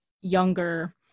younger